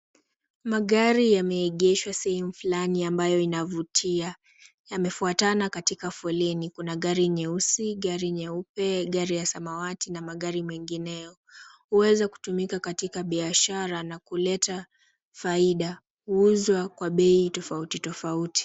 Magari yameegeshwa sehemu fulani ambayo inavutia. Yamefuatana katika foleni. Kuna gari nyeusi, gari nyeupe, gari ya samawati na magari mengineyo. Huweza kutumika katika biashara na kuleta faida. Huuzwa kwa bei tofauti tofauti.